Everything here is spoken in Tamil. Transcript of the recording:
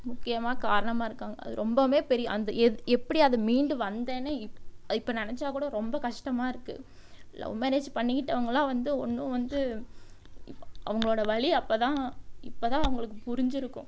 முக்கியமாக காரணமாக இருக்காங்க அது ரொம்பவுமே பெரி அந்த எத் எப்படி அது மீண்டும் வந்தோன்னே இப்ப அது இப்போ நினச்சா கூட ரொம்ப கஷ்டமாக இருக்குது லவ் மேரேஜ் பண்ணிகிட்டவங்களாம் வந்து ஒன்று வந்து அவங்களோட வலி அப்போ தான் இப்போ தான் அவங்களுக்கு புரிஞ்சிருக்கும்